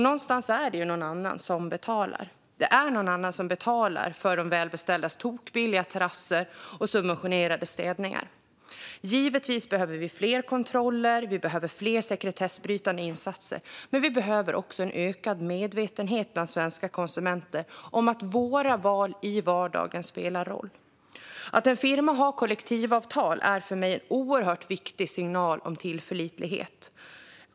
Någonstans är det ju någon annan som betalar. Det är någon annan som betalar för de välbeställdas tokbilliga terrasser och subventionerade städningar. Givetvis behöver vi fler kontroller och fler sekretessbrytande insatser, men vi behöver också en ökad medvetenhet bland svenska konsumenter om att våra val i vardagen spelar roll. Att en firma har kollektivavtal är för mig en oerhört viktig signal om tillförlitlighet.